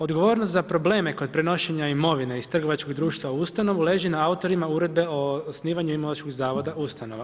Odgovornost za probleme kod prenošenja imovina iz trgovačkog društva u ustanovu, leži na autorima Uredbe o osnivanje Imunološkog zavoda ustanova.